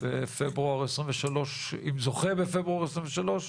בפברואר 2023, אם הוא זוכה בפברואר 2023?